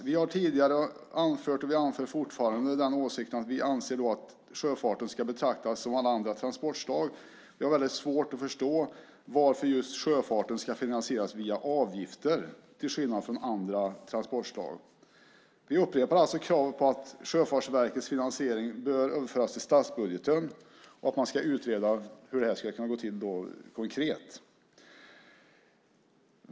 Vi har tidigare anfört, och vi anför fortfarande, åsikten att sjöfarten ska betraktas som alla andra transportslag. Jag har väldigt svårt att förstå varför just sjöfarten ska finansieras via avgifter till skillnad från andra transportslag. Vi upprepar alltså kravet på att Sjöfartsverkets finansiering bör överföras till statsbudgeten. Hur detta ska gå till konkret ska man utreda.